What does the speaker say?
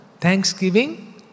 Thanksgiving